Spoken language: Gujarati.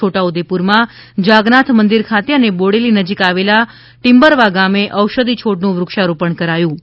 છોટા ઉદેપુર માં જાગનાથ મંદિર ખાતે અને બોડેલી નજીક આવેલા ટિંબરવા ગામે ઔષધિ છોડ નું વૃક્ષારોપણ કરાયું હતું